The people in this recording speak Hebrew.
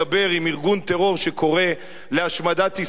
עם ארגון טרור שקורא להשמדת ישראל,